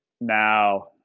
Now